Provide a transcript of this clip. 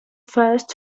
first